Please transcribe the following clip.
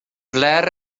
ble